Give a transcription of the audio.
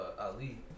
Ali